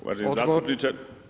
Uvaženi zastupniče.